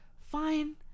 Fine